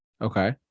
Okay